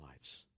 lives